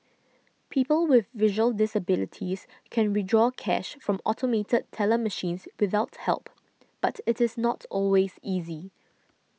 people with visual disabilities can withdraw cash from automated teller machines without help but it is not always easy